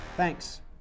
Thanks